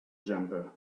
jumper